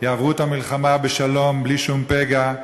יעברו את המלחמה בשלום בלי שום פגע,